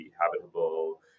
habitable